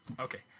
Okay